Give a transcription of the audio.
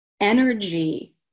energy